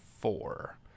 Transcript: four